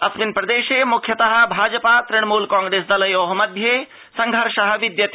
अस्मिन्प्रदेशे मुख्यतः भाजपा तृणमूल कॉप्रिस दलयोः मध्ये संघर्षः विद्यते